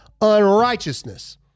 unrighteousness